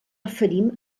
referim